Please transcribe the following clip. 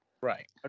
Right